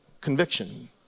conviction